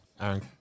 Aaron